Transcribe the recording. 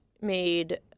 made—